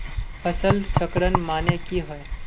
फसल चक्रण माने की होय?